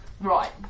Right